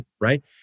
right